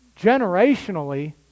Generationally